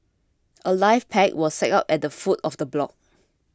a life pack was set up at the foot of the block